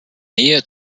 nähe